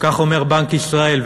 כך אומר בנק ישראל.